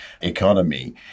economy